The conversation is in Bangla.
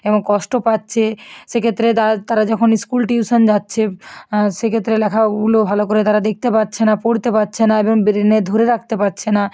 এবং কষ্ট পাচ্ছে সেক্ষেত্রে তারা যখন স্কুল টিউশন যাচ্ছে সেক্ষেত্রে লেখাগুলো ভালো করে তারা দেখতে পাচ্ছে না পড়তে পারছে না এবং ব্রেনে ধরে রাখতে পারছে না